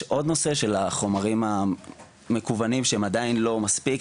ישנו עוד נושא של החומרים המקוונים שהם עדיין לא מספיק,